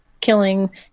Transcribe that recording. killing